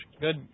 Good